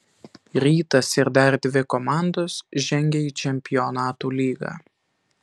rytas ir dar dvi komandos žengia į čempionų lygą